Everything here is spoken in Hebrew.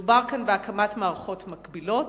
מדובר כאן בהקמת מערכות מקבילות,